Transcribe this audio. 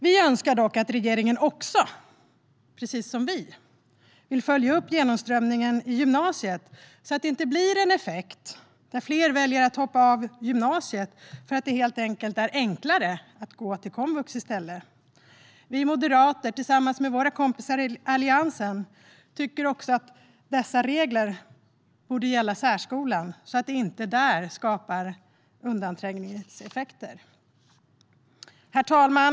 Vi önskar dock att regeringen också, precis som vi, vill följa upp genomströmningen i gymnasiet så att det inte blir en effekt där fler väljer att hoppa av gymnasiet för att det helt enkelt är enklare att gå till komvux i stället. Vi moderater tycker tillsammans med våra kompisar i Alliansen att dessa regler borde gälla också särskolan, så att man inte skapar undanträngningseffekter där. Herr talman!